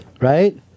right